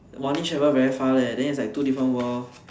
monthly travel very far leh then it's like two different world